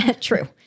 true